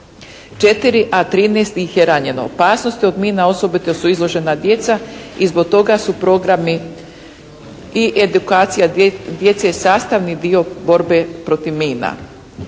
4, a 13 ih je ranjeno. Opasnosti od mina osobito su izložena djeca i zbog toga su programi i edukacija djece je sastavni dio borbe protiv mina.